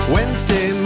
Wednesday